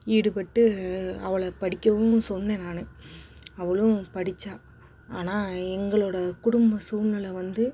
ஈடுபட்டு அவளை படிக்கவும் சொன்னேன் நான் அவளும் படிச்சால் ஆனால் எங்களோடய குடும்பம் சூழ்நிலை வந்து